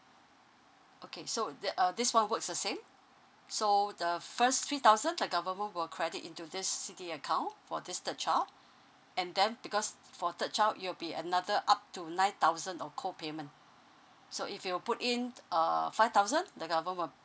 okay so that uh this one works the same so the first three thousand the government will credit into this C_D_A account for this third child and then because for third child it'll be another up to nine thousand of co payment so if you put in uh five thousand the government will